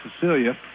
cecilia